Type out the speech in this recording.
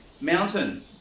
mountain